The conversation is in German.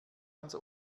ans